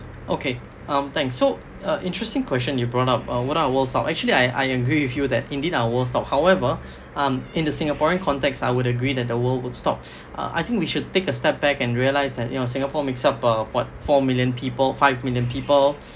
okay um thanks so uh interesting question you brought up uh what our world stop actually I I agree with you that indeed our world's stop however um in the singaporean context I would agree that the world would stop uh I think we should take a step back and realize that you know singapore makes up um what four million people five million people